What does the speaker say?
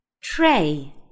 Tray